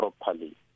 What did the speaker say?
properly